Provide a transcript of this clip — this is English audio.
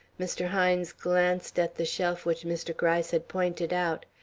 mr. hines glanced at the shelf which mr. gryce had pointed out,